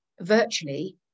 virtually